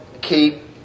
keep